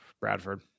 Bradford